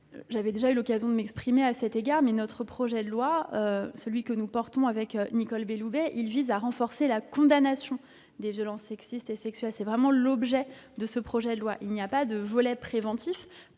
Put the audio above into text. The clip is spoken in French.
J'avais déjà eu l'occasion de m'exprimer à cet égard. Le projet de loi que nous portons, avec Nicole Belloubet, vise à renforcer la condamnation des violences sexistes et sexuelles. C'est vraiment l'objet de ce texte. Il n'y a pas de volets préventifs,